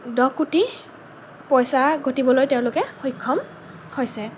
দহ কোটি পইচা ঘটিবলৈ তেওঁলোকে সক্ষম হৈছে